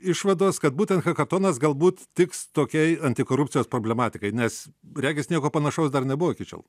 išvados kad būtent hakatonas galbūt tiks tokiai antikorupcijos problematikai nes regis nieko panašaus dar nebuvo iki šiol